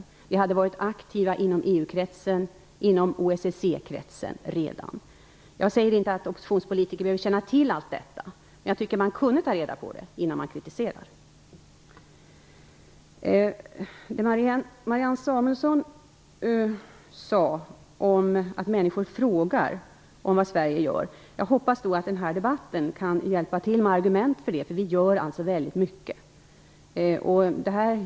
Vi hade redan varit aktiva inom EU-kretsen och OSSE kretsen. Jag säger inte att oppositionspolitiker behöver känna till allt detta, men jag tycker att man kan ta reda på det innan man kritiserar. Marianne Samuelsson sade att människor frågar vad Sverige gör. Jag hoppas att den här debatten kan hjälpa till med argument. Vi gör alltså väldigt mycket.